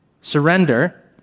Surrender